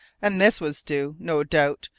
and this was due, no doubt,